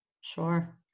Sure